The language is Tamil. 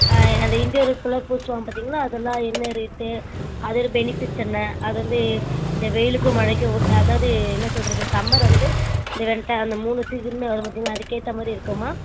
அந்த ஃபுல்லாக பூசுவோம் பார்த்தீங்களா அதெல்லாம் என்ன ரேட்டு அதோட பெனிஃபிட்ஸ் என்ன அது வந்து இந்த வெயிலுக்கும் மழைக்கும் அதாவது என்ன சொல்கிறது சம்மர் வந்து இந்த வென்ட்டர் அந்த மூணு சீசனும் வரும் பார்த்தீங்களா அதுக்கேற்ற மாதிரி இருக்குமா